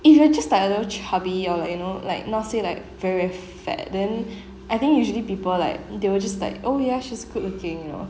if you are just like a little chubby or you know like not say like very very fat then I think usually people like they will just like oh ya she's good looking you know